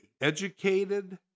educated